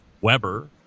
Weber